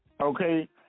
okay